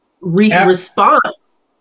response